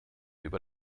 über